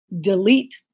delete